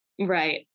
Right